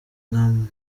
mama